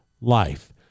life